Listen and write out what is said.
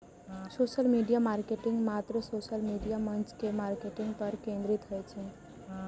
social media marketing मात्र social media मंच के मार्केटिंग पर केंद्रित होइ छै